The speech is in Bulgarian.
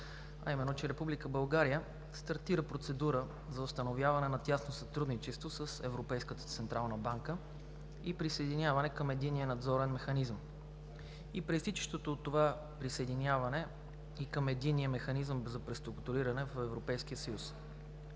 а именно, че Република България стартира процедура за установяване на тясно сътрудничество с Европейската централна банка и присъединяване към Единния надзорен механизъм и произтичащото от това присъединяване и към Единния механизъм за преструктуриране в Европейския съюз.